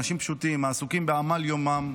באנשים פשוטים העסוקים בעמל יומם,